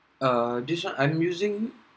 err this [one] I'm using